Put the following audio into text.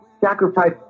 sacrifice